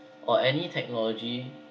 or any technology